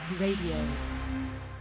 radio